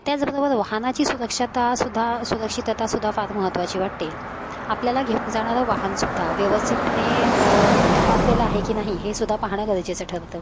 त्याचबरोबर वाहनाची सुरक्षतासुद्धा सुरक्षिततासुद्धा फार महत्वाची वाटते आपल्याला घेऊन जाणारं वाहनसुद्धा व्यवस्थितपणे तपासलेलं आहे की नाही हे सुद्धा पाहणं गरजेचं ठरतं